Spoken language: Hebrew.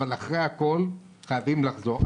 אבל אחרי הכול חייבים לחזור.